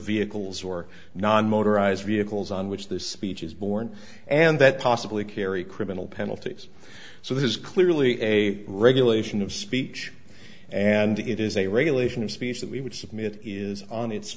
vehicles or non motorized vehicles on which the speech is born and that possibly carry criminal penalties so this is clearly a regulation of speech and it is a regulation of speech that we would submit is on